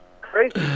Crazy